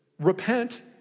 repent